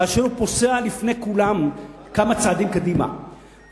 כאשר הוא פוסע לפני כולם כמה צעדים קדימה,